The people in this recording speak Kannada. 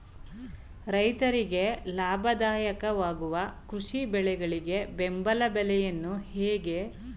ರೈತರಿಗೆ ಲಾಭದಾಯಕ ವಾಗುವ ಕೃಷಿ ಬೆಳೆಗಳಿಗೆ ಬೆಂಬಲ ಬೆಲೆಯನ್ನು ಹೇಗೆ ಪಡೆಯಬಹುದು?